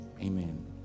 Amen